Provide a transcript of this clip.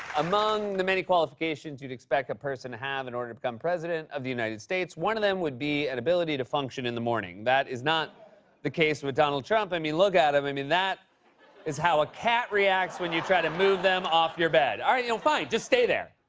among the many qualifications you'd expect a person to have, in order to become president of the united states, one of them would be an ability to function in the morning. that is not the case with donald trump. i mean look at him. i mean, that is how a cat reacts when you try to move them off your bed. alright, you know, fine. just stay there.